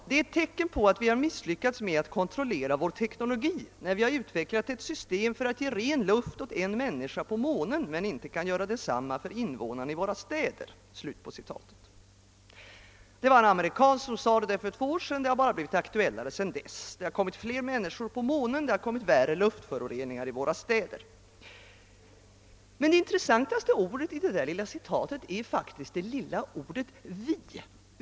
»Det är ett tecken på att vi har misslyckats med att kontrollera vår teknologi, när vi har utvecklat ett system för att ge ren luft åt en människa på månen, men inte kan göra detsamma för invånarna i våra städer.« Det var en amerikan som sade detta för två år sedan. Det har bara blivit än mer aktuellt sedan dess. Det har kommit fler människor till månen, vi har fått värre luftföroreningar i våra städer. Men det intressantaste ordet i det där lilla citatet är faktiskt det lilla ordet »vi«.